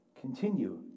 continue